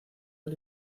del